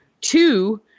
Two